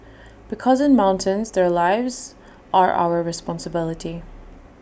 because in the mountains their lives are our responsibility